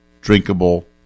drinkable